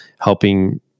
helping